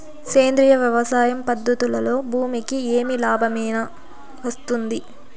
సేంద్రియ వ్యవసాయం పద్ధతులలో భూమికి ఏమి లాభమేనా వస్తుంది?